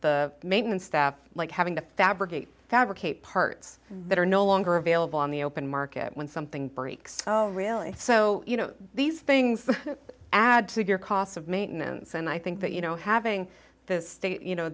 the maintenance staff like having to fabricate fabricate parts that are no longer available on the open market when something breaks oh really so you know these things add to your cost of maintenance and i think that you know having this you know